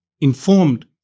informed